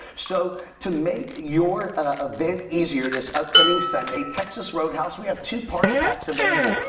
so to make your ah event easier this coming sunday, texas road house, we have two party packs available.